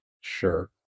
Sure